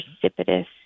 precipitous